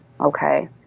okay